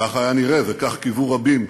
כך היה נראה וכך קיוו רבים,